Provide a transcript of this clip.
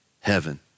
heaven